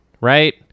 right